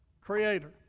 creator